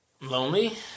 Lonely